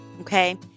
Okay